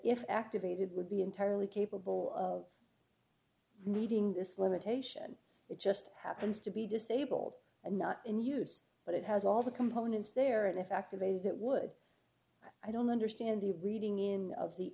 if activated would be entirely capable of needing this limitation it just happens to be disabled and not in use but it has all the components there and if activated it would i don't understand the reading in of the